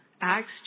Acts